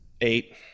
eight